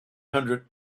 hundred